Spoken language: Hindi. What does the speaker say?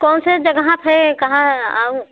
कौन से जगह पर है कहाँ वहाँ